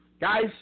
Guys